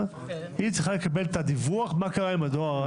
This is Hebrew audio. היא צריכה לקבל את הדיווח מה קרה עם הדואר.